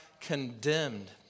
condemned